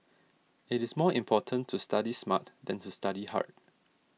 it is more important to study smart than to study hard